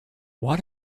what